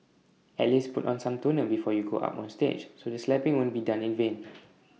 at least put on some toner before you go up on stage so the slapping wouldn't be done in vain